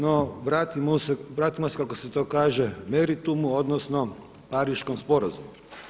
No vratimo se kako se to kaže meritumu odnosno Pariškom sporazumu.